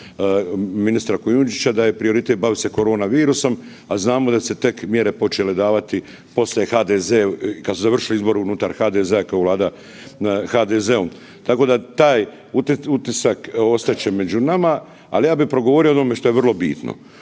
ministra Kujundžića da je prioritet bavit se koronavirusom, a znamo da su se tek mjere počele davati poslije HDZ, kad su završili izbori unutar HDZ-a, kad je Vlada, HDZ-om. Tako da taj utisak ostat će među nama, al ja bi progovorio o onome što je vrlo bitno.